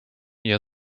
ihr